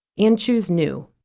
and choose new.